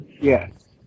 Yes